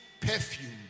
perfume